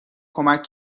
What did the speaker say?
کمک